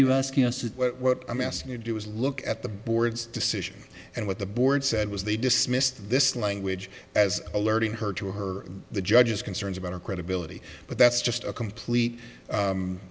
you asking us to what i'm asking you to do is look at the board's decision and what the board said was they dismissed this language as alerting her to her the judge's concerns about her credibility but that's just a complete